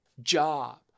job